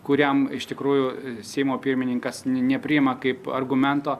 kuriam iš tikrųjų seimo pirmininkas ni nepriima kaip argumento